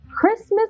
christmas